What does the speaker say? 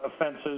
offenses